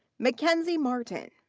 mackenzie martin.